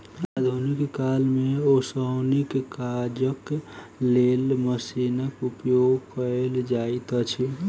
आधुनिक काल मे ओसौनीक काजक लेल मशीनक उपयोग कयल जाइत अछि